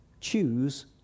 choose